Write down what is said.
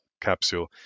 capsule